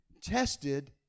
tested